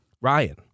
Ryan